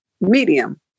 medium